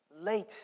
late